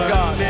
God